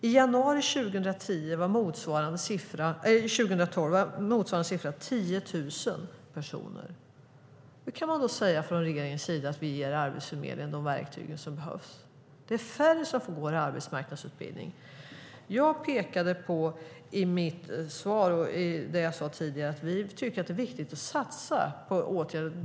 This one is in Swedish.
I januari 2012 var motsvarande siffra 10 000 personer. Hur kan man då från regeringens sida säga att man ger Arbetsförmedlingen de verktyg som behövs? Det är färre som får gå arbetsmarknadsutbildning. Jag pekade i mitt tidigare inlägg på att vi tycker att det är viktigt att satsa på åtgärder.